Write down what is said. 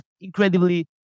incredibly